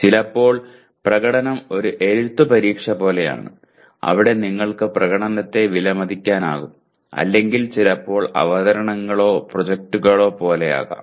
ചിലപ്പോൾ പ്രകടനം ഒരു എഴുത്ത് പരീക്ഷ പോലെയാണ് അവിടെ നിങ്ങൾക്ക് പ്രകടനത്തെ വിലമതിക്കാനാകും അല്ലെങ്കിൽ ചിലപ്പോൾ അവതരണങ്ങളോ പ്രോജക്റ്റുകളോ പോലെയാകാം